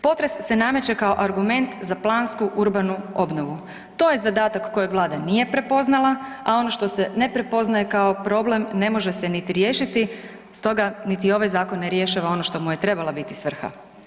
Potres se nameće kao argument za plansku urbanu obnovu, to je zadatak kojeg Vlada nije prepoznala, a ono što se ne prepoznaje kao problem ne može se niti riješiti, stoga niti ovaj zakon ne rješava ono što mu je trebala biti svrha.